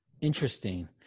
interesting